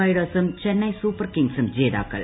റൈഡേഴ്സും Chennai super കിങ്സും ജേതാക്കൾ